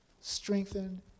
strengthen